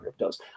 cryptos